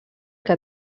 que